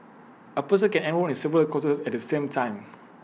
A person can enrol in several courses at the same time